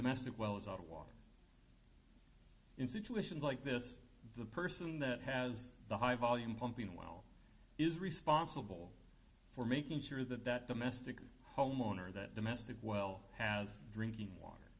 domestic well as out of water in situations like this the person that has the high volume pumping well is responsible for making sure that that domestic homeowner that domestic well has drinking water